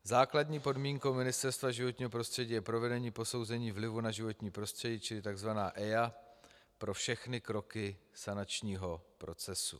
Základní podmínkou Ministerstva životního prostředí je provedení posouzení vlivu na životní prostředí, čili tzv. EIA, pro všechny kroky sanačního procesu.